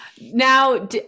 now